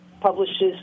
publishes